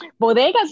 Bodegas